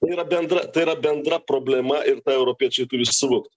tai yra bendra tai yra bendra problema ir tą europiečiai turi susivokt